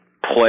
play